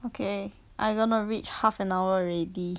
okay I gonna reach half an hour already